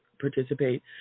participate